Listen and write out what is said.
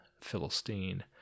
Philistine